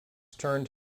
turned